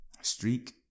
Streak